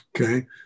Okay